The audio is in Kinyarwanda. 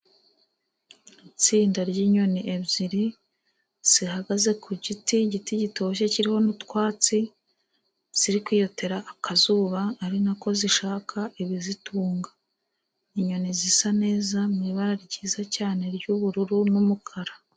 Itsinda ry'inyoni ebyiri zihagaze ku giti, igiti gitoshye kiriho n'utwatsi. Ziri kwiyotera akazuba ari na ko zishaka ibizitunga. Inyoni zisa neza mu ibara ryiza cyane ry'ubururu n'umukara.